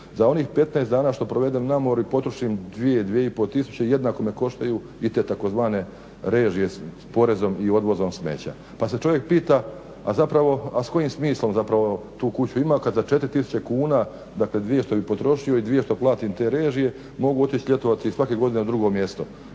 Za onih 15 dana što provedem na moru i potrošim 2, 2,5 tisuće jednako me koštaju i te tzv. režije s porezom i odvozom smeća. Pa se čovjek pita a zapravo s kojim smislom zapravo tu kuću ima kada za 4 tisuće kuna dakle dvije što bih potrošio i 2 što platim te režije mogu otići ljetovati svake godine u drugo mjesto